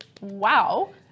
Wow